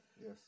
Yes